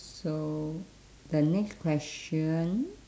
so the next question